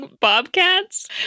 bobcats